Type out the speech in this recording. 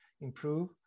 improve